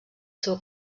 seu